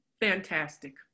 Fantastic